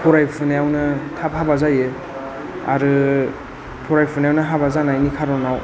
फरायफुनायावनो थाब हाबा जायो आरो फरायफुनायावनो हाबा जानायनि खारनाव